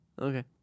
Okay